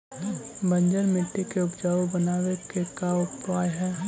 बंजर मट्टी के उपजाऊ बनाबे के का उपाय है?